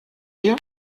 wir